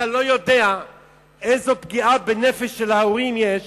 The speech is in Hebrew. אתה לא יודע איזו פגיעה בנפש של ההורים יש